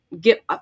get